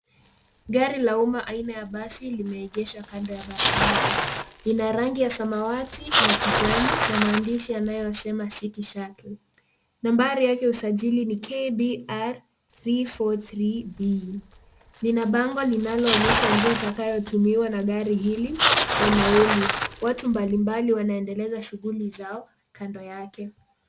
Gari la umma aina ya basi limeegeshwa kando ya bararara. Lina rangi ya samawati na kijani na maandishi yanayosema City Shuttle. Nambari yake ya usajili ni kbr 343b. Lina bango linaloonyesha njia itakayotumiwa na gari hili, na nauli. Watu mbalimbali wanaendeleza shughuli zao kando yake.